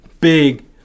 big